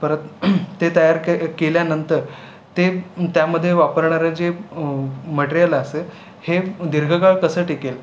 परत ते तयार क केल्यानंतर ते त्यामधे वापरणारं जे मटेरियल असेल हे दीर्घकाळ कसं टिकेल